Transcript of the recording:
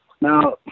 Now